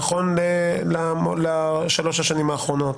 נכון לשלוש השנים האחרונות,